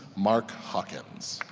mark hawkins.